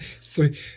three